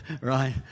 Right